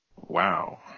wow